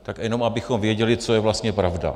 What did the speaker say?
Tak jenom abychom věděli, co je vlastně pravda.